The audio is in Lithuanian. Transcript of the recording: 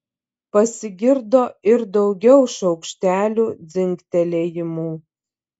pasigirdo ir daugiau šaukštelių dzingtelėjimų